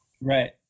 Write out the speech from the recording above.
Right